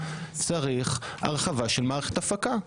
צריך הרחבה של מערכת הפקה,